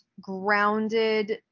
grounded